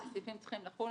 איזה סעיפים צריכים לחול,